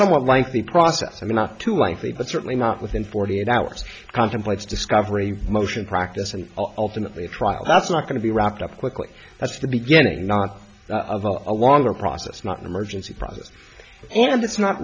somewhat lengthy process and not too likely but certainly not within forty eight hours contemplates discovery motion practice and ultimately a trial that's not going to be wrapped up quickly that's the beginning not of a longer process not an emergency process and it's not